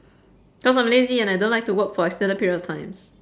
cause I'm lazy and I don't like to work for extended period of times